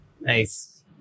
Nice